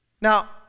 Now